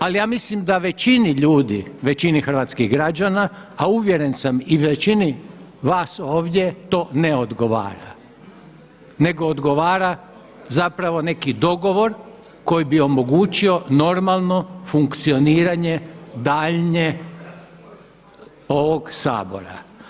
Ali ja mislim da većini ljudi, većini hrvatskih građana, a uvjeren sam i većini vas ovdje to ne odgovara, nego odgovara zapravo neki dogovor koji bi omogućio normalno funkcioniranje daljnje ovog Sabora.